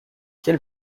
quel